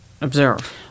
observe